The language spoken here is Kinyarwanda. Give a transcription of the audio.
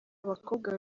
abakobwa